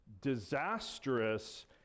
disastrous